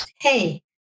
hey